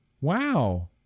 Wow